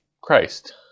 Christ